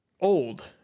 Old